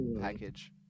package